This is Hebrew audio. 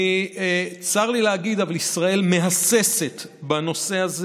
צר לי להגיד, אבל ישראל מהססת בנושא הזה.